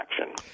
action